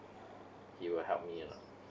he will help me or not